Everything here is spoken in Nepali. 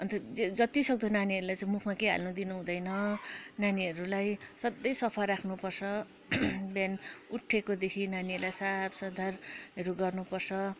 अन्त जतिसक्दो चाहिँ नानीहरूलाई मुखमा केही हाल्नु दिनु हुँदैन नानीहरूलाई सधैँ सफा राख्नुपर्छ बिहान उठेकोदेखि नानीलाई साफ सुधारहरू गर्नुपर्छ